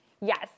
Yes